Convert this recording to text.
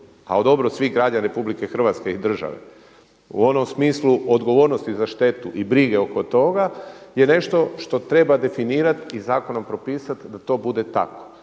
… dobro svih građana RH i države u onom smislu odgovornosti za štetu i brige oko toga je nešto što treba definirati i zakonom propisati da to bude tako.